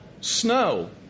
Snow